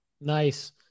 Nice